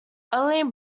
only